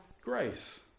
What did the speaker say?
grace